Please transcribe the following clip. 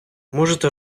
можете